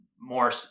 more